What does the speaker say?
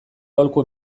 aholku